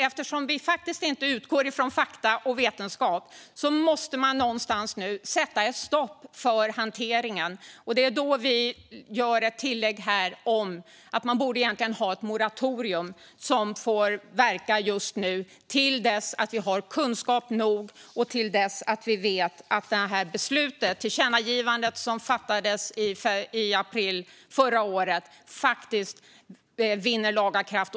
Eftersom man faktiskt inte utgår från fakta och vetenskap förordar vi att man nu måste sätta ett stopp för hanteringen någonstans. Vi gör därför ett tillägg om att ett moratorium egentligen borde få verka, till dess vi har kunskap nog och till dess tillkännagivandet som det fattades beslut om i april förra året vinner laga kraft.